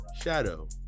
shadow